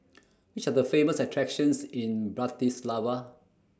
Which Are The Famous attractions in Bratislava